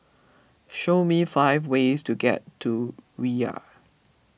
show me five ways to get to Riyadh